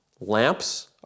Lamps